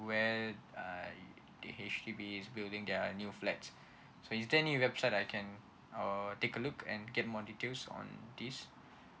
where I the H_D_B is building their new flats so is there any website I can uh take a look and get more details on this